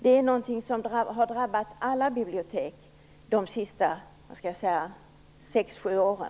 Detta är någonting som har drabbat alla bibliotek de senaste sex sju åren.